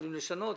יכולים לשנות.